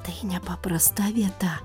tai nepaprasta vieta